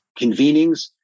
Convenings